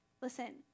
Listen